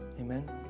Amen